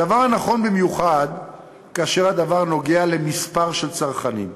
הדבר נכון במיוחד כאשר מדובר בכמה צרכנים,